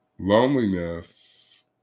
Loneliness